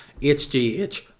HGH